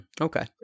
Okay